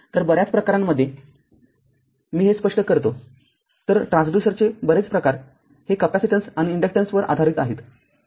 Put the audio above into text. तर बऱ्याच प्रकारांमध्ये मी हे स्पष्ट करतो तर ट्रान्सड्युसरचे बरेच प्रकार हे कॅपेसिटन्स आणि इंडक्टन्सवर आधारित आहेत